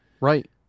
right